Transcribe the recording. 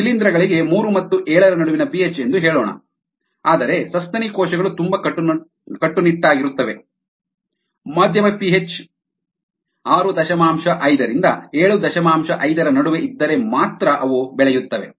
ಶಿಲೀಂಧ್ರಗಳಿಗೆ ಮೂರು ಮತ್ತು ಏಳರ ನಡುವಿನ ಪಿಎಚ್ ಎಂದು ಹೇಳೋಣ ಆದರೆ ಸಸ್ತನಿ ಕೋಶಗಳು ತುಂಬಾ ಕಟ್ಟುನಿಟ್ಟಾಗಿರುತ್ತವೆ ಮಾಧ್ಯಮ ಪಿಹೆಚ್ ಆರು ದಶಮಾಂಶ ಐದರಿಂದ ಏಳು ದಶಮಾಂಶ ಐದರ ನಡುವೆ ಇದ್ದರೆ ಮಾತ್ರ ಅವು ಬೆಳೆಯುತ್ತವೆ